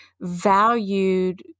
valued